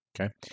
okay